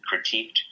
critiqued